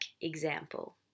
example